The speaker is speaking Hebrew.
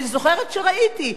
אני זוכרת שראיתי.